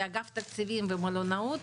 ואגף תקציבים ומלונאות,